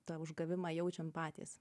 tą užgavimą jaučiam patys